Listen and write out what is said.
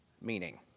meaning